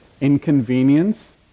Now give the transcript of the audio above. inconvenience